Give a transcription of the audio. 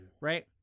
Right